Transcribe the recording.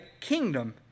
kingdom